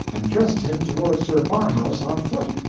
and dressed him toward sir marhaus on foot,